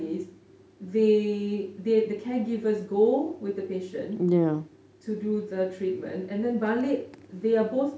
they the caregivers go with the patients to do the treatment and then balik they are both